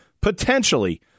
potentially